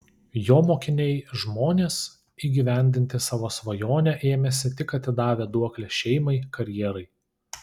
jo mokiniai žmonės įgyvendinti savo svajonę ėmęsi tik atidavę duoklę šeimai karjerai